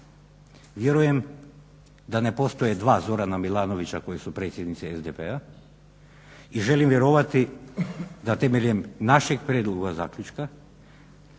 vjerujem da ne postoje dva Zorana Milanovića koji su predsjednici SDP-a i želim vjerovati da temeljem našeg prijedloga zaključka